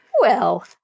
Well